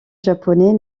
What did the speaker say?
japonais